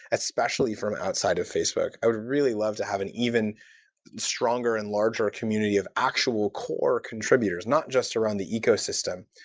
especially from outside of facebook. i would really love to have an even stronger and larger community of actual core contributors, not just around the ecosystem.